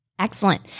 Excellent